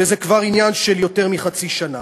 וזה כבר עניין של למעלה מחצי שנה.